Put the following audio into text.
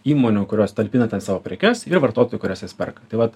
įmonių kurios talpina ten savo prekes ir vartotojų kurias jas perka tai vat